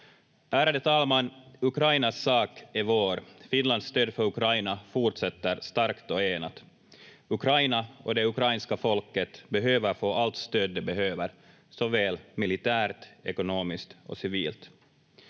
Ärade talman! Ukrainas sak är vår. Finlands stöd för Ukraina fortsätter starkt och enat. Ukraina och det ukrainska folket behöver få allt stöd de behöver, såväl militärt, ekonomiskt som civilt.